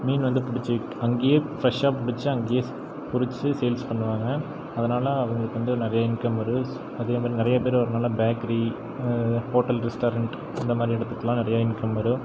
மீன் வந்து பிடிச்சி அங்கே ஃபிரெஷாக பிடிச்சி அங்கே பொறிச்சு சேல்ஸ் பண்ணுவாங்க அதனால் அவங்களுக்கு வந்து நிறையா இன்கம் வரும் ஸ் அது மாதிரி நிறையா பேரு நல்ல பேக்கரி ஹோட்டல் ரெஸ்ட்டாரண்ட் அந்த மாதிரி இடத்துக்குலாம் நிறையா இன்கம் வரும்